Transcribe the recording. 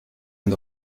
end